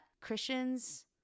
Christians